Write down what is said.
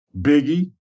Biggie